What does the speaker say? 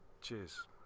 Cheers